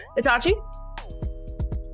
Itachi